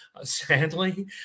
sadly